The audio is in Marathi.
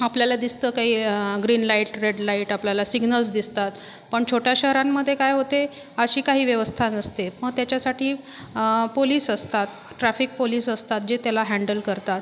आपल्याला दिसतं काही ग्रीन लाइट रेड लाइट आपल्याला सिग्नल्स दिसतात पण छोट्या शहरांमध्ये काय होते अशी काही व्यवस्था नसते मग त्याच्यासाठी पोलिस असतात ट्राफिक पोलिस असतात जे त्याला हँडल करतात